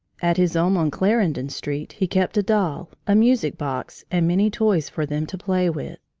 at his home, on clarendon street, he kept a doll, a music-box, and many toys for them to play with.